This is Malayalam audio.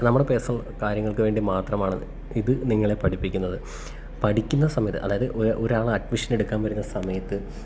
നമ്മുടെ പേർസണൽ കാര്യങ്ങൾക്കു വേണ്ടി മാത്രമാണ് ഇതു നിങ്ങളെ പഠിപ്പിക്കുന്നത് പഠിക്കുന്ന സമയത്ത് അതായത് ഒ ഒരാളഡ്മിഷനെടുക്കാൻ വരുന്ന സമയത്ത്